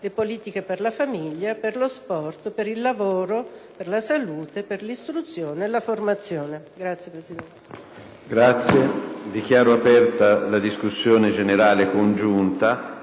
le politiche per la famiglia, per lo sport, per il lavoro, per la salute e per l'istruzione e la formazione. *(Applausi